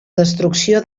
destrucció